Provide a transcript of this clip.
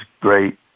great